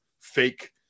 fake